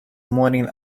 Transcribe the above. morning